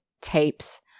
tapes